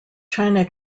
china